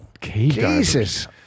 Jesus